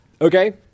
Okay